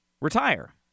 retire